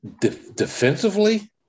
defensively